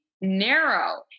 narrow